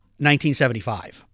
1975